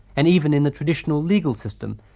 and even in the traditional legal system,